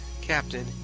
Captain